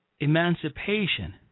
emancipation